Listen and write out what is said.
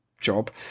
job